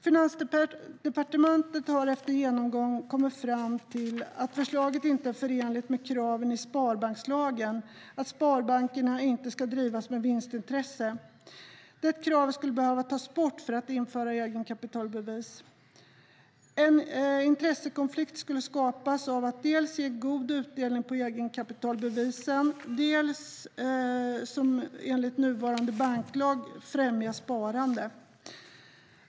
Finansdepartementet har efter genomgång kommit fram till att förslaget inte är förenligt med kraven i sparbankslagen, nämligen att sparbanker inte ska drivas med vinstintresse. Det kravet skulle behöva tas bort för att införa egenkapitalbevis. En intressekonflikt skulle skapas av att dels ge god utdelning på egenkapitalbevisen, dels enligt nuvarande banklag främja sparande.